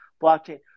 blockchain